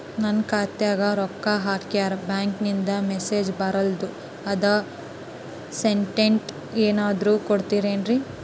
ನನ್ ಖಾತ್ಯಾಗ ರೊಕ್ಕಾ ಹಾಕ್ಯಾರ ಬ್ಯಾಂಕಿಂದ ಮೆಸೇಜ್ ಬರವಲ್ದು ಅದ್ಕ ಸ್ಟೇಟ್ಮೆಂಟ್ ಏನಾದ್ರು ಕೊಡ್ತೇರೆನ್ರಿ?